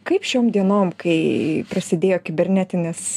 kaip šiom dienom kai prasidėjo kibernetinis